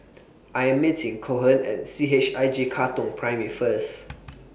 I Am meeting Cohen At C H I J Katong Primary First